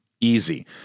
Easy